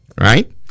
Right